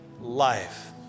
life